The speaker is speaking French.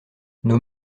nos